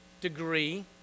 degree